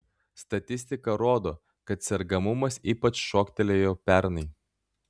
statistika rodo kad sergamumas ypač šoktelėjo pernai